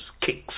kicks